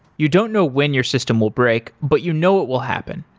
you don't know when your system will break, but you know it will happen.